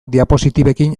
diapositibekin